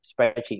spreadsheet